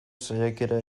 saiakera